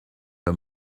her